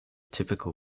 typical